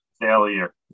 Failure